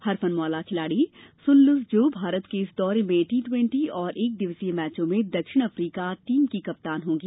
हरफन मौला खिलाड़ी Sune Luus जो भारत के इस दौरे में टी ट्वेंटी और एक दिवसीय मैचों में दक्षिण अफ्रीका टीम की कप्तान होंगी